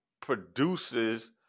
produces